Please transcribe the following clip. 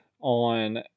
on